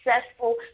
successful